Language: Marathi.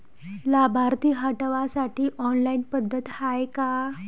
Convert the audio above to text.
लाभार्थी हटवासाठी ऑनलाईन पद्धत हाय का?